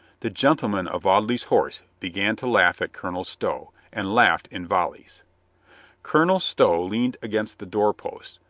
the gentlemen of audley's horse began to laugh at colonel stow, and laughed in volleys colonel stow leaned against the door-post,